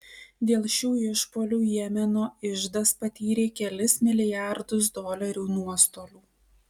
dėl šių išpuolių jemeno iždas patyrė kelis milijardus dolerių nuostolių